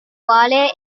quale